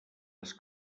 les